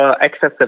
excessive